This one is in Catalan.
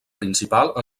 principal